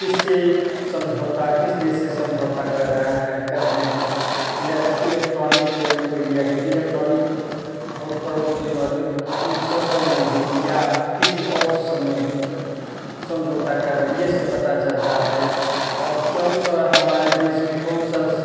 किससे समझौता किस देश से समझौता कर रहे हैं इला इलेक्ट्रॉनिक मीडिया के इलेक्ट्रॉनिक उपकरणों के सम्बंधित या किसी और से संबंधित समझौता कर रहे हैं यह सब पता चलता है और कौन सा हमारे देश में कौन सा